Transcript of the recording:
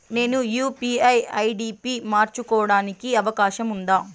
నేను UPI ID పి మార్చుకోవడానికి అవకాశం ఉందా?